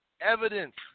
evidence